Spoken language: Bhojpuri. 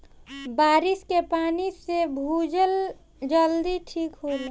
बारिस के पानी से भूजल जल्दी ठीक होला